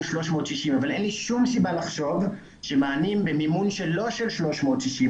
360 אבל אין לי שום סיבה לחשוב שמענים במימון לא של 360,